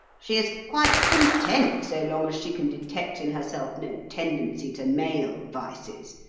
she is quite content so long as she can detect in herself no tendency to male vices,